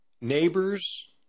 neighbors